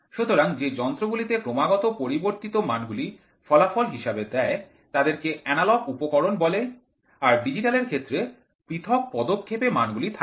সুতরাং যে যন্ত্র গুলিতে ক্রমাগত পরিবর্তিত মানগুলি ফলাফল হিসেবে দেয় তাদেরকে এনালগ উপকরণ বলে আর ডিজিটাল এর ক্ষেত্রে পৃথক পদক্ষেপে মানগুলি থাকবে